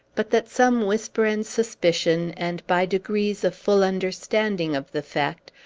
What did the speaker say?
but that some whisper and suspicion, and by degrees a full understanding of the fact,